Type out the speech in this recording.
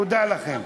תודה לכם.